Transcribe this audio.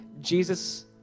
Jesus